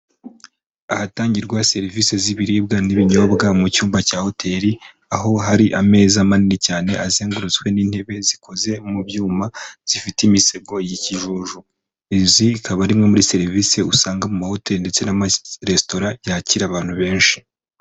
ahatangirwa serivisi z'ibiribwa n'ibinyobwa mu cyumba cya hotel aho hari ameza manini cyane azengurutswe n'intebe zikoze mu byuma zifite imisego y'ikijuju izi ikaba arimwe muri serivisi usanga mu mahoteli ndetse n'amaresitora yakira abantu benshi